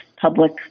public